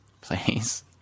please